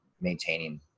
maintaining